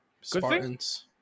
spartans